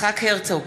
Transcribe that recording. יצחק הרצוג,